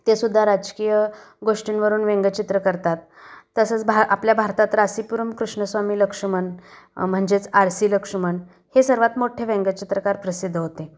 ते सुद्धा राजकीय गोष्टींवरून व्यंगचित्र करतात तसंच भा आपल्या भारतात रासीपुरम कृष्णस्वामी लक्ष्मण म्हणजेच आर सी लक्ष्मण हे सर्वात मोठे व्यंगचित्रकार प्रसिद्ध होते